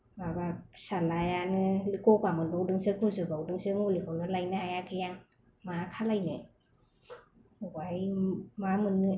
माबा फिसालायानो गगा मोनबावदोंसो गुजुबवादोंसो मुलिखौनो लायनो हायाखै आं मा खालायनो अबेहाय मा मोननो